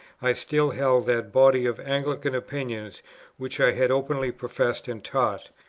i still held that body of anglican opinions which i had openly professed and taught?